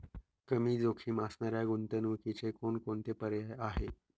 कमी जोखीम असणाऱ्या गुंतवणुकीचे कोणकोणते पर्याय आहे?